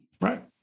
Right